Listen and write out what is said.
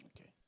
Okay